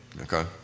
Okay